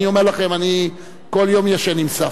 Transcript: אני אומר לכם, אני כל יום ישן עם סבתא,